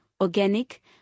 organic